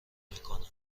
نمیکنم